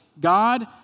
God